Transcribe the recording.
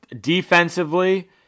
Defensively